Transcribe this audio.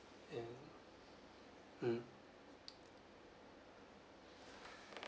and mm